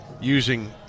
using